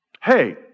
Hey